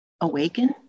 awaken